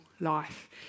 life